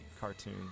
Cartoon